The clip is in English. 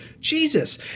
Jesus